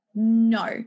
No